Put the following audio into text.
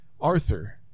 arthur